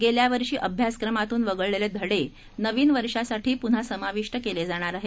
गेल्या वर्षी अभ्यासक्रमातून वगळलेले धडे नवीन वर्षासाठी पुन्हा समाविष्ट केले जाणार आहेत